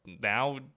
now